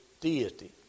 deity